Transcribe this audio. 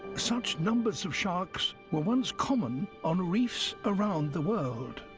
such numbers of sharks were once common on reefs around the world.